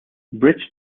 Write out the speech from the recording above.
bridge